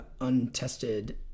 untested